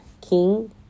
king